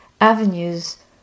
avenues